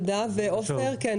עופר, בבקשה.